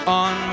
on